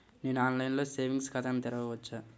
నేను ఆన్లైన్లో సేవింగ్స్ ఖాతాను తెరవవచ్చా?